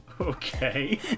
Okay